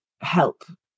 help